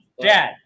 dad